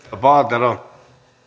herra puhemies